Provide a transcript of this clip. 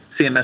CMS